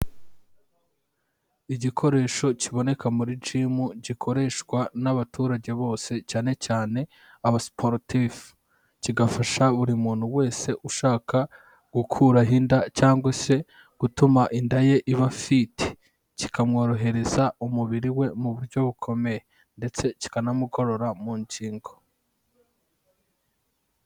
Igikoresho kiboneka muri jimu, gikoreshwa n'abaturage bose cyane cyane aba siporutifu, kigafasha buri muntu wese ushaka gukuraho inda cyangwa se gutuma inda ye iba fiti, kikamworohereza umubiri we mu buryo bukomeye ndetse kikanamugorora mu nkingo.